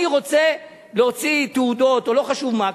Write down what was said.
אני רוצה להוציא תעודות או לא חשוב מה,